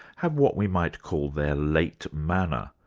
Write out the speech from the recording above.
have what we might call their late manner,